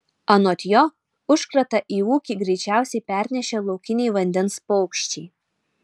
anot jo užkratą į ūkį greičiausiai pernešė laukiniai vandens paukščiai